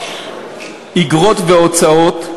אגרות והוצאות,